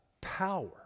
power